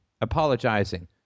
apologizing